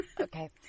Okay